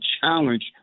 challenge